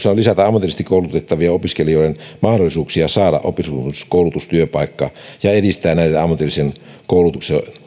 on myös lisätä ammatillisesti koulutettavien opiskelijoiden mahdollisuuksia saada oppisopimuskoulutustyöpaikka ja edistää näiden ammatillisen koulutuksen